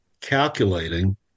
calculating